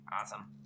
Awesome